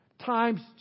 Times